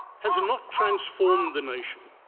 has not transformed the nation,